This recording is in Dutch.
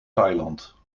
thailand